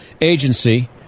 agency